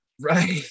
Right